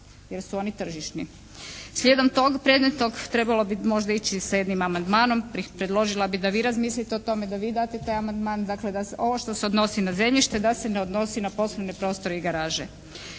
jer su oni tržišni. Slijedom tog predmetnog trebalo bi možda ići sa jednim amandmanom, predložila bih da vi razmislite o tome, da vi date taj amandman. Dakle da ovo što se odnosi na zemljište da se ne odnosi na poslovne prostore i garaže.